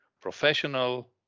Professional